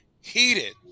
heated